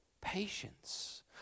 Patience